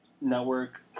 network